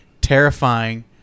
terrifying